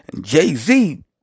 Jay-Z